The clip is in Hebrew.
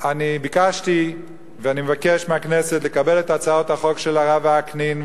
ביקשתי ואני מבקש מהכנסת לקבל את הצעות החוק של הרב וקנין,